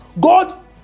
God